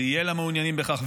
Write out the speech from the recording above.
וזה יהיה למעוניינים בכך,